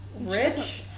rich